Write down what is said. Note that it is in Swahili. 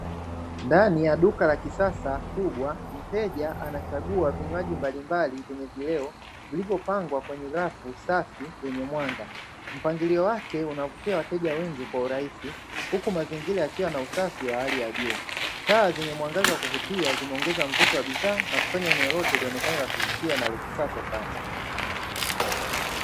Ndani ya duka la kisasa kubwa mteja anachagua vinywaji mbalimbali vyenye vileo vilivyopangwa kwenye safu safi yenye mwanga, mpangilio wake unavutia wateja wengi kwa urahisi huku mazingira yakiwa na usafi wa hali ya juu, taa zenye mwangaza wa kuvutia zimeongeza mvuto wa bidhaa na kufanya eneo lote lionekane la kuvutia na la kisasa sana.